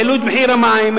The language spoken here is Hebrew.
העלו את מחיר המים,